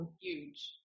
huge